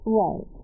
right